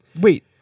Wait